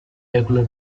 regular